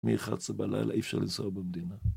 מ-11 בלילה אי אפשר לנסוע במדינה